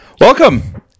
Welcome